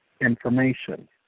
information